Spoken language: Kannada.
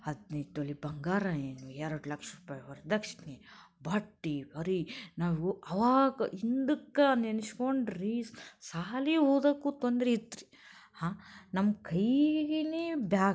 ಹದಿನೈದು ತೊಲ ಬಂಗಾರ ಏನು ಎರಡು ಲಕ್ಷ ರೂಪಾಯಿ ವರ್ದಕ್ಷಿಣೆ ಬಟ್ಟೆ ಬರೆ ನಾವು ಅವಾಗ ಹಿಂದಕ್ಕೆ ನೆನಸ್ಕೊಂಡೆ ರೀ ಶಾಲೆ ಓದೋಕ್ಕು ತೊಂದ್ರೆ ಇತ್ತು ರೀ ಹಾಂ ನಮ್ಮ ಕೈಯಾಗಿನೆ ಬ್ಯಾಗು ರೀ